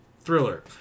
thriller